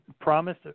promise